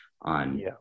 on